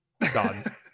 Done